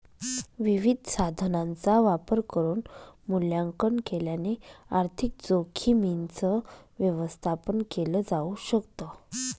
विविध साधनांचा वापर करून मूल्यांकन केल्याने आर्थिक जोखीमींच व्यवस्थापन केल जाऊ शकत